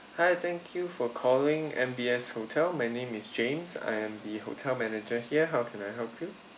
hi thank you for calling M_B_S hotel my name is james I am the hotel manager here how can I help you